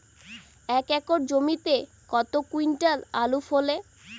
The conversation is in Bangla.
এক একর জমিতে কত কুইন্টাল আলু ফলে?